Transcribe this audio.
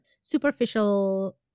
superficial